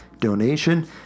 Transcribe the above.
donation